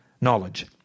knowledge